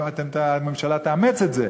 הממשלה תאמץ את זה: